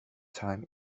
time